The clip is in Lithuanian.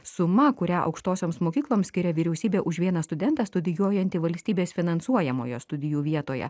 suma kurią aukštosioms mokykloms skiria vyriausybė už vieną studentą studijuojantį valstybės finansuojamoje studijų vietoje